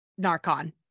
Narcon